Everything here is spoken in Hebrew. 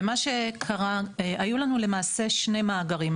ומה ששקרה, היו לנו שני מאגרים.